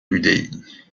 l’udi